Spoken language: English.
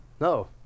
no